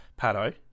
Pato